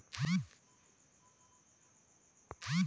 चीन वीज पासून चालणारी पिस्टन प्रकारची दूध काढणारी मशीन निर्माता आहे